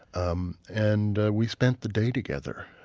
um and we spent the day together